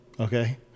okay